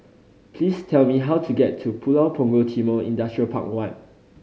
please tell me how to get to Pulau Punggol Timor Industrial Park One